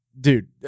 dude